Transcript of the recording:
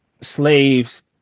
slaves